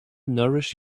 nourish